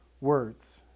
words